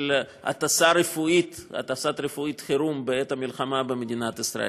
הטסת חירום רפואית בעת המלחמה במדינת ישראל.